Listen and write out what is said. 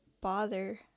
bother